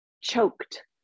choked